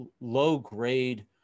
low-grade